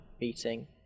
meeting